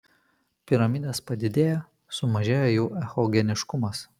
piramidės padidėja sumažėja jų echogeniškumas